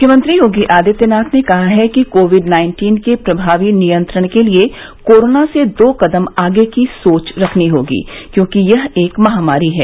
मुख्यमंत्री योगी आदित्यनाथ ने कहा कि कोविड नाइन्टीन के प्रभावी नियंत्रण के लिये कोरोना से दो कदम आगे की सोच रखनी होगी क्योंकि यह एक महामारी है